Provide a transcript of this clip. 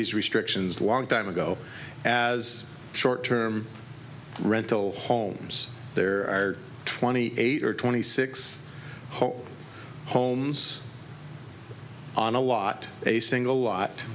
these restrictions long time ago as short term rental homes there are twenty eight or twenty six whole homes on a lot a single lot